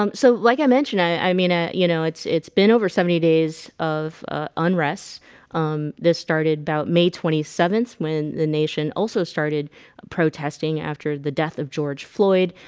um so like i mentioned i i mean, ah you know, it's it's been over seventy days of unrest um, this started about may twenty seventh when the nation also started protesting after the death of george floyd